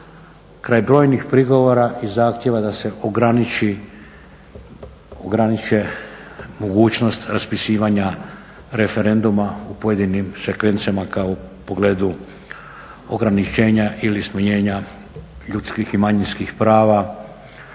Kraj brojnih prigovora i zahtjeva da se ograniči mogućnost raspisivanja referenduma u pojedinim sekvencama kao u pogledu ograničenja ili smanjenja ljudskih i manjinskih prava,